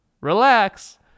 relax